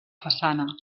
façana